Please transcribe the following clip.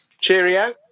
Cheerio